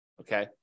Okay